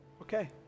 Okay